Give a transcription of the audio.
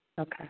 Okay